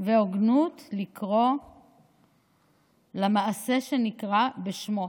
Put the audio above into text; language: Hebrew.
והוגנות לקרוא למעשה בשמו.